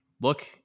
Look